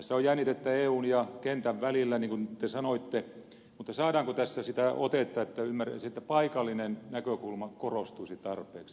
tässä on jännitettä eun ja kentän välillä niin kuin te sanoitte mutta saadaanko tässä sellaista otetta että paikallinen näkökulma korostuisi tarpeeksi